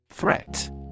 Threat